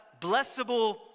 blessable